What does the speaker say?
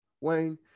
Wayne